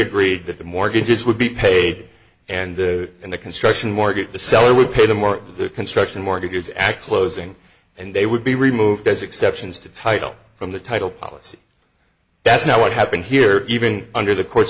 agreed that the mortgages would be paid and in the construction mortgage the seller would pay them or their construction mortgages x closing and they would be removed as exceptions to title from the title policy that's not what happened here even under the cour